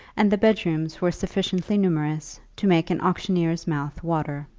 and the bed-rooms were sufficiently numerous to make an auctioneer's mouth water.